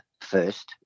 first